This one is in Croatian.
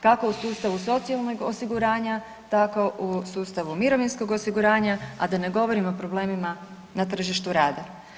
Kako u sustavu socijalnog osiguranja, tako u sustavu mirovinskog osiguranja, a da ne govorim o problemima na tržištu rada.